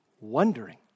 wondering